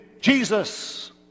Jesus